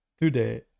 today